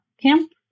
camp